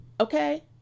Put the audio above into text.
Okay